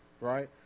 right